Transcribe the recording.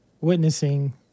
witnessing